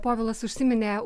povilas užsiminė